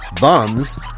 bums